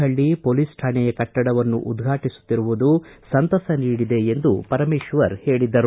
ಹಳ್ಳ ಪೊಲೀಸ್ ಠಾಣೆಯ ಕಟ್ಟಡವನ್ನು ಉದ್ಘಾಟಿಸುತ್ತಿರುವುದು ಸಂತಸ ನೀಡಿದೆ ಎಂದು ಪರಮೇಶ್ವರ್ ಹೇಳಿದರು